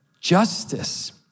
justice